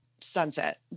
Sunset